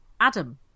Adam